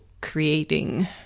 creating